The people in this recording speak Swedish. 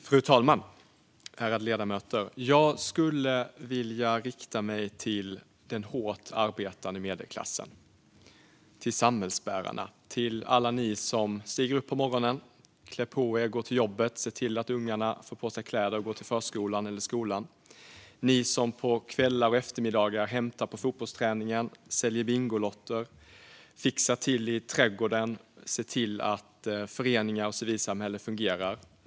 Fru talman! Ärade ledamöter! Jag skulle vilja rikta mig till den hårt arbetande medelklassen, till samhällsbärarna, till alla er som stiger upp på morgonen, klär på er och går till jobbet, som ser till att ungarna får på sig kläder och kommer till förskolan eller skolan, som på kvällar och eftermiddagar hämtar på fotbollsträningen, säljer bingolotter, fixar till i trädgården och som ser till att föreningar och civilsamhälle fungerar.